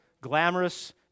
glamorous